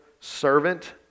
servant